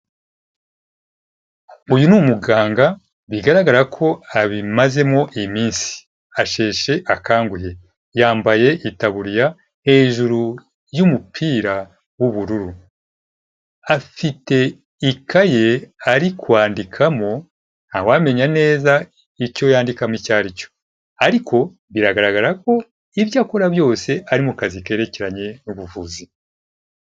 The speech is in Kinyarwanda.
Uyu ni umuganga bigaragara ko abimazemo iminsi, asheshe akanguhe, yambaye taburiya hejuru y'umupira w'ubururu, afite ikaye ari kwandikamo, ntawamenya neza icyo yandikamo icyo aricyo, ariko biragaragara ko ibyo akora byose ari mu kazi kerekeranye n'ubuvuzi.